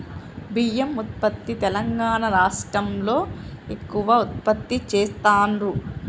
బియ్యం ఉత్పత్తి తెలంగాణా రాష్ట్రం లో ఎక్కువ ఉత్పత్తి చెస్తాండ్లు